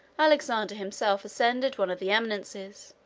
alexander himself ascended one of the eminences,